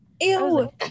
Ew